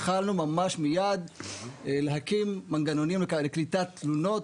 התחלנו ממש מייד להקים מנגנונים לקליטת תלונות